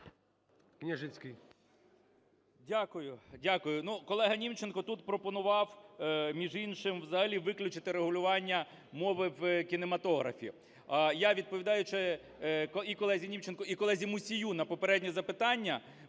Дякую. Ну, колега Німченко тут пропонував, між іншим, взагалі виключити регулювання мови в кінематографі. Я, відповідаючи і колезі Німченку, і колезі Мусію на попередні запитання,